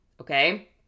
Okay